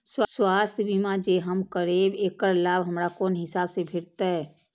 स्वास्थ्य बीमा जे हम करेब ऐकर लाभ हमरा कोन हिसाब से भेटतै?